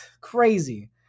crazy